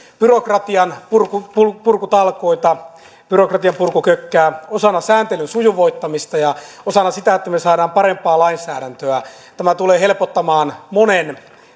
byrokratian purkutalkoita byrokratian purkukökkää osana sääntelyn sujuvoittamista ja osana sitä että me saamme parempaa lainsäädäntöä tämä tulee helpottamaan monen